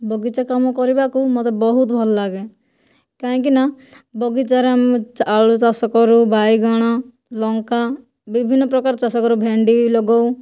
ବଗିଚା କାମ କରିବାକୁ ମୋତେ ବହୁତ ଭଲଲାଗେ କାହିଁକିନା ବଗିଚାରେ ଆମେ ଆଳୁ ଚାଷ କରୁ ବାଇଗଣ ଲଙ୍କା ବିଭିନ୍ନ ପ୍ରକାର ଚାଷ କରୁ ଭେଣ୍ଡି ଲଗାଉ